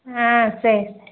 ஆ சரி